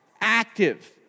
active